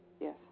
Yes